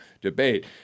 debate